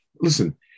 Listen